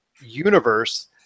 universe